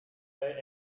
let